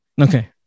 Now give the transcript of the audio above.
Okay